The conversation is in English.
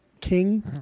king